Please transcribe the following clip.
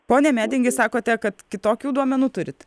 ponia medingi sakote kad kitokių duomenų turit